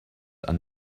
are